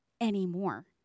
anymore